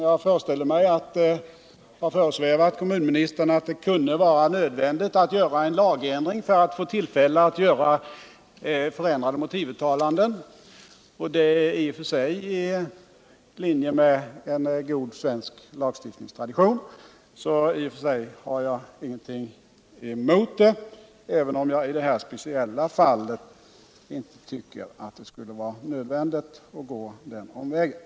Jag föreställer mig att det har föresvävat kommunministern att det kunde vara nödvändigt att göra en lagändring för att få tillfälle att göra förändrade motivuttalanden. Det är i och för sig i linje med god svensk lagstiftningstradition: jag har ingentung emot det, även om jag i det här speciella fallet inte tycker att det skulle vara nödvändigt att gå den omvägen.